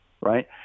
right